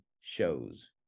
shows